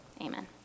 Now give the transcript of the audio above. amen